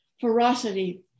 ferocity